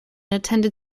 attend